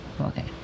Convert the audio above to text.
okay